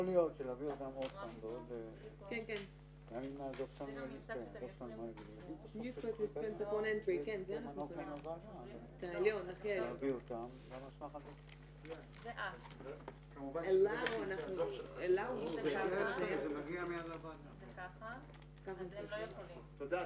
15:14.